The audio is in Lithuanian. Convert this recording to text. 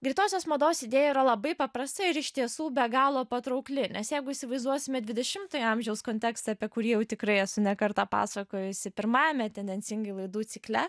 greitosios mados idėja yra labai paprasta ir iš tiesų be galo patraukli nes jeigu įsivaizduosime dvidešimtojo amžiaus kontekstą apie kurį jau tikrai esu ne kartą pasakojusi pirmajame tendencingai laidų cikle